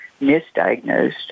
misdiagnosed